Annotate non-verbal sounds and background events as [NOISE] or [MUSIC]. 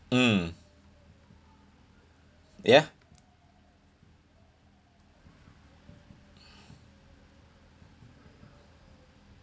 mm ya [BREATH]